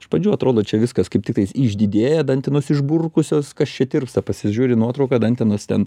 iš pradžių atrodo čia viskas kaip tiktais išdidėję dantenos išburkusios kas čia tirpsta pasižiūri į nuotrauką dantenos ten